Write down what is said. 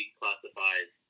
classifies